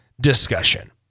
discussion